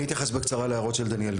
אני אתייחס בקצרה להערות של דניאל.